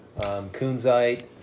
kunzite